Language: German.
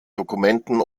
dokumenten